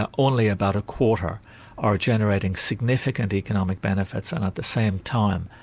ah only about a quarter are generating significant economic benefits and at the same time,